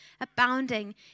abounding